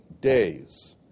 days